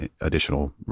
additional